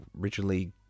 originally